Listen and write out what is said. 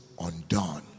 undone